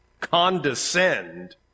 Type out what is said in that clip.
condescend